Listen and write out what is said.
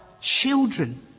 children